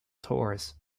tours